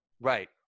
Right